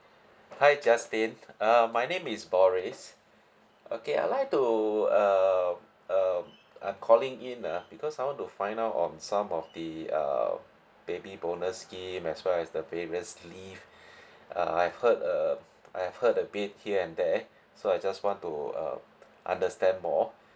hi justin um my name is boris okay I like to um um I'm calling in ah because I want to find out on some of the err baby bonus scheme as well as the parents' leave uh I've heard a I've heard a bit here and there so I just want to uh understand more